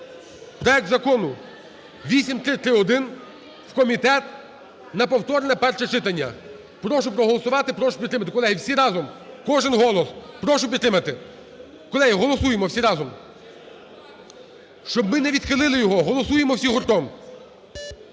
проект Закону 8331 в комітет на повторне перше читання. Прошу проголосувати і прошу підтримати, колеги, всі разом, кожен голос. Прошу підтримати. Колеги, голосуємо всі разом. Щоб ми не відхилили його, голосуємо всі гуртом.